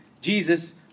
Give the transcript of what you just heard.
Jesus